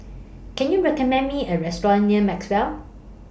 Can YOU recommend Me A Restaurant near Maxwell